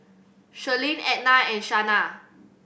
Sherlyn Edna and Shanna